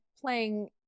playing